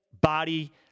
body